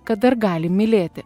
kad dar gali mylėti